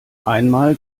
einmal